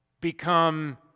become